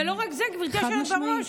ולא רק זה, גברתי היושבת בראש.